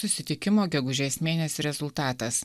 susitikimo gegužės mėnesį rezultatas